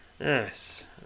Yes